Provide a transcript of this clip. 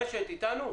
רש"ת אתנו?